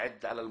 הדברים